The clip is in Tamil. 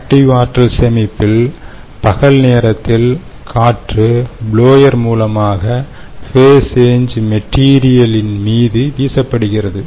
ஆக்டிவ் ஆற்றல் சேமிப்பில் பகல் நேரத்தில்காற்று ப்லோயர் மூலமாக ஃபேஸ் சேஞ் மெட்டீரியல் மீது வீசப்படுகிறது